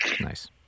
Nice